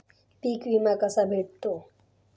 पीक विमा कसा भेटतो?